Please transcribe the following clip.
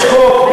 יש חוק.